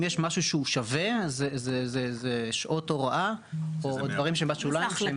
אם יש משהו שהוא שווה זה שעות הוראה או דברים שבשוליים.